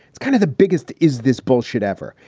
it's kind of the biggest. is this bullshit ever?